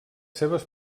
seves